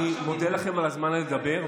אני מודה לך על הזמן לדבר,